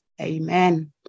Amen